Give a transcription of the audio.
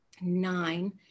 nine